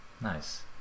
Nice